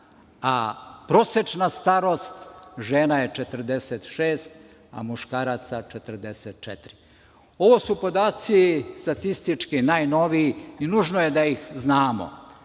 a prosečna starost žena je 46, a muškaraca 44. Ovo su podaci statistički najnoviji i nužno je da ih znamo.